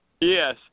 Yes